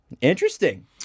Interesting